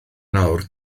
nawr